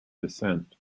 descent